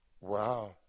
Wow